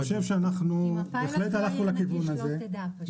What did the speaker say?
אני חושב שבהחלט הלכנו לכיוון הזה.